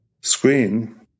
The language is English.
screen